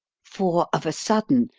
for, of a sudden,